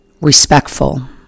respectful